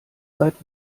seit